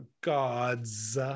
gods